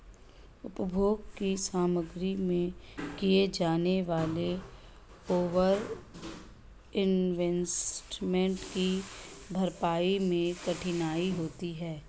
उपभोग की सामग्री में किए जाने वाले ओवर इन्वेस्टमेंट की भरपाई मैं कठिनाई होती है